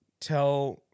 Tell